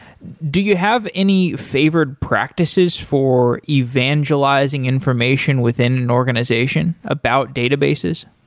do you have any favored practices for evangelizing information within an organization about databases?